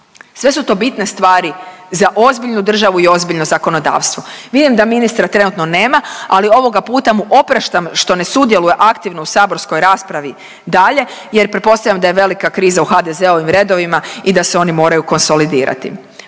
Sve su to bitne stvari za ozbiljnu državnu i ozbiljno zakonodavstvo. Vidim da ministra trenutno nema, ali ovoga puta mu opraštam što ne sudjeluje aktivno u saborskoj raspravi dalje jer pretpostavljam da je velika kriza u HDZ-ovim redovima i da se oni moraju konsolidirati